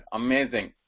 amazing